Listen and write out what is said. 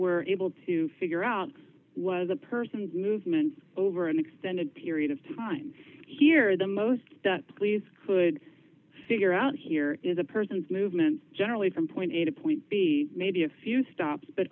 were able to figure out was a person's movements over an extended period of time here the most that please could figure out here is a person's movements generally from point a to point b maybe a few stops but